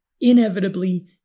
Inevitably